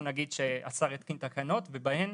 נגיד שהשר יתקין תקנות, ובהן